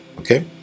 Okay